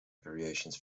variations